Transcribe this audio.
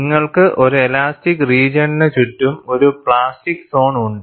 നിങ്ങൾക്ക് ഒരു ഇലാസ്റ്റിക് റീജിയണിന് ചുറ്റും ഒരു പ്ലാസ്റ്റിക് സോൺ ഉണ്ട്